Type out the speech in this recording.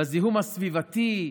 בזיהום הסביבתי,